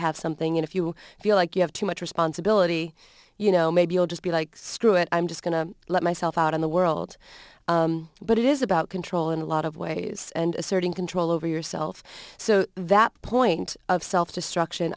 have something if you feel like you have too much responsibility you know maybe i'll just be like screw it i'm just going to let myself out in the world but it is about control in a lot of ways and asserting control over yourself so that point of self destruction